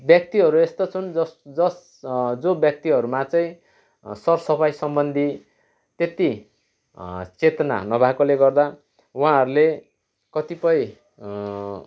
व्यक्तिहरू यस्तो छन् जस जस जो व्यक्तिहरूमा चाहिँ सरसफाइ सम्बन्धी त्यति चेतना नभएकोले गर्दा उहाँहरूले कतिपय